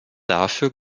dafür